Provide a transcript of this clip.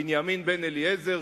בנימין בן-אליעזר,